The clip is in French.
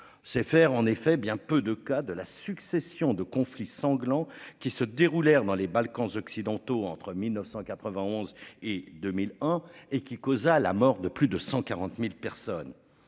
c'est faire en effet bien peu de cas de la succession de conflits sanglants qui se déroulèrent dans les Balkans occidentaux entre 1991 et 2001 et qui causa la mort de plus de 140.000 personnes.